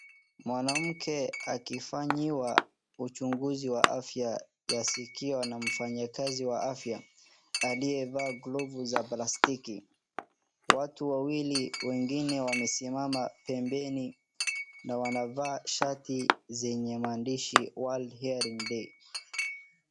Mwanamke akifanyiwa uchunguzi wa afya ya sikio na mfanyikazi wa afya aliyevaa glovu za plastiki. Watu wawili wengine wamesimama pembeni na wanavaa shati zenye maandishi World Hearing Day.